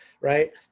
right